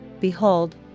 behold